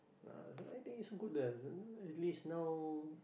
[ah]I think is good lah then at least now